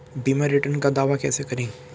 बीमा रिटर्न का दावा कैसे करें?